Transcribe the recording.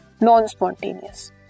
non-spontaneous